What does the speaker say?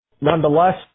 nonetheless